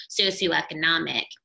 socioeconomic